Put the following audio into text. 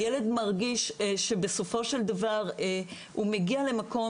הילד מרגיש שבסופו של דבר הוא מגיע למקום